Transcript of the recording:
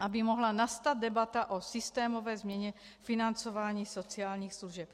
Aby mohla nastat debata o systémové změně financování sociálních služeb.